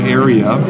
area